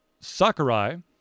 Sakurai